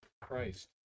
Christ